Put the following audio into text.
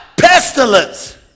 Pestilence